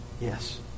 Yes